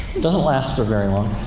doesn't last for very long.